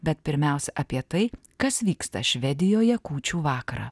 bet pirmiausia apie tai kas vyksta švedijoje kūčių vakarą